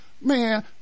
Man